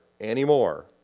anymore